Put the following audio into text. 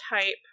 type